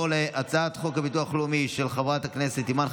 אני קובע שהצעת חוק הביטוח הלאומי של חבר הכנסת ינון